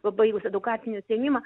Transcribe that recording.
pabaigus edukacinį užsiėmimą